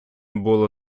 було